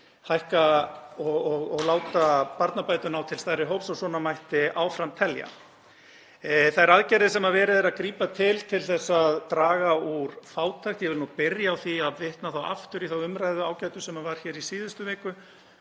láta barnabætur ná til stærri hóps og svona mætti áfram telja. Þær aðgerðir sem verið er að grípa til til að draga úr fátækt — ég vil nú byrja á því að vitna aftur í þá ágætu umræðu sem var hér í síðustu viku.